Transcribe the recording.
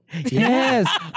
Yes